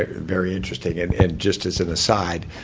ah very interesting. and just as an aside,